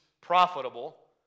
profitable